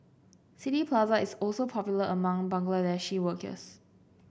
City Plaza is also popular among Bangladeshi workers